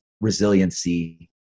resiliency